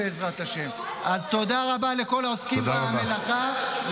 אז תודה רבה לעוסקים במלאכה,